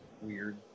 weird